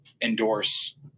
endorse